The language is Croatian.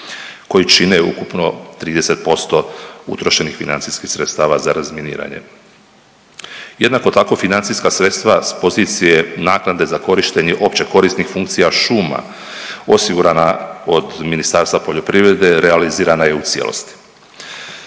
koji čine ukupno 30% utrošenih financijskih sredstava za razminiranje. Jednako tako, financijska sredstva s pozicije naknade za korištenje opće korisnih funkcija šuma osigurana od Ministarstvo poljoprivrede, realizirana je u cijelosti.